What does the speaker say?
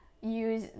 use